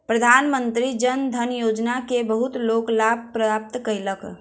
प्रधानमंत्री जन धन योजना के बहुत लोक लाभ प्राप्त कयलक